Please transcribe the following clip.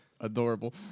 adorable